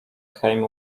came